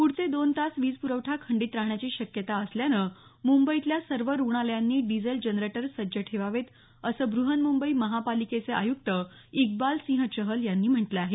प्ढचे दोन तास वीज पुरवठा खंडीत राहण्याची शक्यता असल्यानं मुंबईतल्या सर्व रुग्णालयांनी डिझेल जनरेटर सज्ज ठेवावेत असं ब्रहन्मुंबई महापालिकेचे आयुक्त इकबालसिंह चहल यांनी म्हटलं आहे